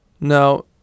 Now